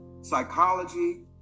psychology